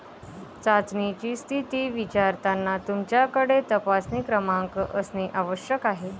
चाचणीची स्थिती विचारताना तुमच्याकडे तपासणी क्रमांक असणे आवश्यक आहे